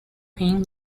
him